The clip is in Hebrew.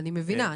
אני מבינה.